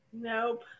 Nope